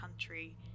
country